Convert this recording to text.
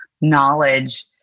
knowledge